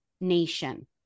nation